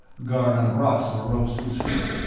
garnon of roxor rose to his feet,